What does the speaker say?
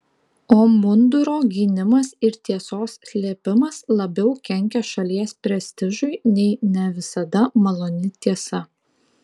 o munduro gynimas ir tiesos slėpimas labiau kenkia šalies prestižui nei ne visada maloni tiesa